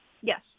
Yes